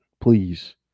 please